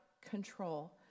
control